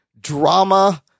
drama